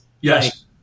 Yes